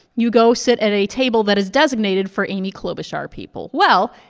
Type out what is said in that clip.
you go sit at a table that is designated for amy klobuchar people. well,